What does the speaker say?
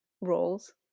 roles